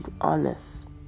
honest